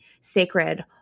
sacred